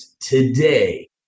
Today